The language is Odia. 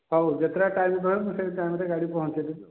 ହଉ ଯେତେଟା ଟାଇମ୍ କହିବେ ସେତେ ଟାଇମ୍ରେ ଗାଡ଼ି ପହଁଞ୍ଚେଇ ଦେବି ଆଉ